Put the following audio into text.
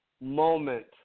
moment